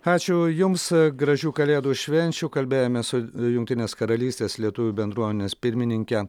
ačiū jums gražių kalėdų švenčių kalbėjome su jungtinės karalystės lietuvių bendruomenės pirmininke